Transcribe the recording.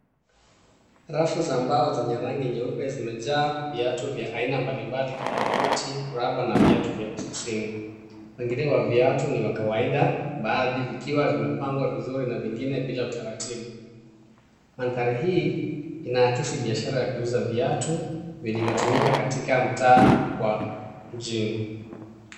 Rafu za mbao zenye rangi nyeupe zimejaa viatu vya aina mbalimbali kama buti, rubber na viatu ni vya ofisini. Wengine wa viatu ni kawaida, baadhi vikiwa zimepangwa vizuri na vingine bila utaratibu. Mandhari hii inaakisi biashara ya kuuza viatu vilivyotumika katika mtaa wa mjini.